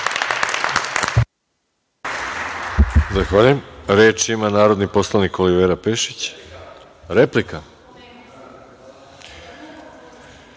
Zahvaljujem. Reč ima narodni poslanik Olivera Pešić. Izvolite.